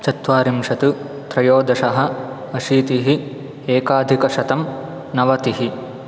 चत्वारिंशत् त्रयोदश अशीतिः एकाधिकशतं नवतिः